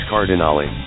Cardinale